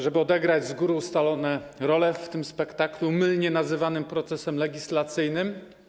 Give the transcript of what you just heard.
Żeby odegrać z góry ustalone role w tym spektaklu, mylnie nazywanym procesem legislacyjnym?